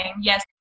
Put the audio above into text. yes